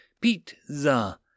pizza